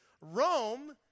Rome